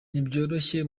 ntibyoroshye